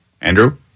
Andrew